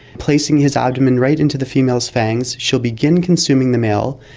placing his abdomen right into the female's fangs, she'll begin consuming the male,